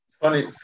Funny